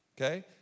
Okay